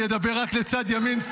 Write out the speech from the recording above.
אני אדבר רק לצד ימין,